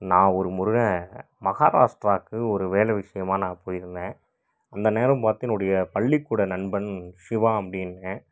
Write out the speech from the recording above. நான் ஒரு முறை மஹாராஸ்டிராவுக்கு ஒரு வேலை விஷயமா நான் போயிருந்தேன் அந்த நேரம் பார்த்து என்னுடைய பள்ளிக்கூட நண்பன் சிவா அப்படின்னுங்க